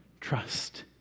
Trust